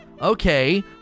Okay